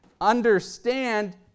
understand